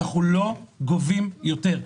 אנחנו לא גובים יותר.